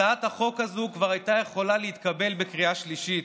הצעת החוק הזאת כבר הייתה יכולה להתקבל בקריאה שלישית,